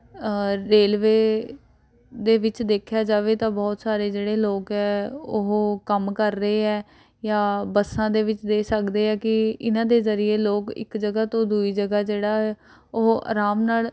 railway ਦੇ ਵਿੱਚ ਦੇਖਿਆ ਜਾਵੇ ਤਾਂ ਬਹੁਤ ਸਾਰੇ ਜਿਹੜੇ ਲੋਕ ਹੈ ਉਹ ਕੰਮ ਕਰ ਰਹੇ ਹੈ ਜਾਂ ਬੱਸਾਂ ਦੇ ਵਿੱਚ ਦੇਖ ਸਕਦੇ ਹਾਂ ਕਿ ਇਨ੍ਹਾਂ ਦੇ ਜ਼ਰੀਏ ਲੋਕ ਇੱਕ ਜਗ੍ਹਾ ਤੋਂ ਦੂਜੀ ਜਗ੍ਹਾ ਜਿਹੜਾ ਉਹ ਆਰਾਮ ਨਾਲ